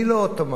אני לא אוטומט,